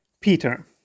Peter